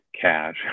cash